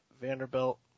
Vanderbilt